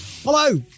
Hello